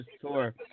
tour